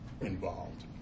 involved